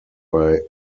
bei